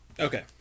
Okay